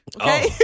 okay